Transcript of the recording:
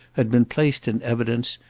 had been placed in evidence,